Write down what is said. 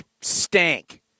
stank